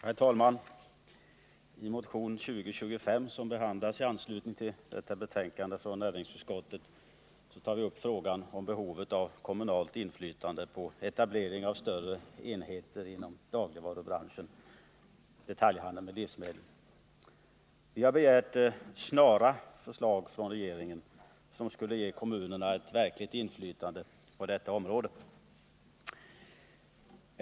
Herr talman! I motion 1978/79:2025 som behandlas i näringsutskottets betänkande nr 13 tar vi upp frågan om behovet av kommunalt inflytande på etablering av större enheter inom dagligvarubranschen, dvs. detaljhandeln med livsmedel. Vi har begärt snara förslag från regeringen vilka skulle ge kommunerna ett verkligt inflytande på detta område.